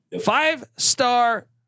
Five-star